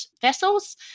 vessels